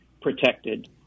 protected